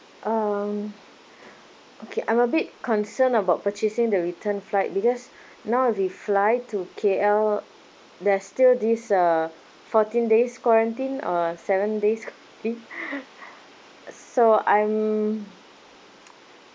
um okay I'm a bit concern about purchasing the return flight because now the flight to K_L there's still this uh fourteen days quarantine or seven days I think so I'm